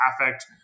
affect